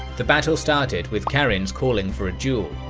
the battle started with karinz calling for a duel.